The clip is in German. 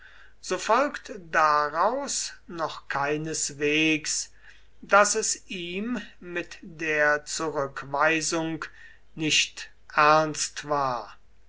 so folgt daraus noch keineswegs daß es ihm mit der zurückweisung nicht ernst war